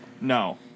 no